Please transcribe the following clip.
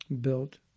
built